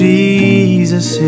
Jesus